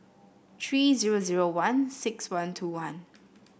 three zero zero one six one two one